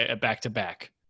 back-to-back